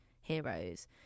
heroes